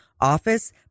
office